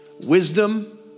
wisdom